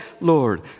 Lord